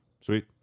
Sweet